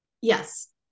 yes